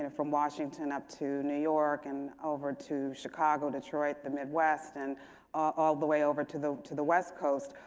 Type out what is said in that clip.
from washington up to new york and over to chicago, detroit, the midwest and all the way over to the to the west coast,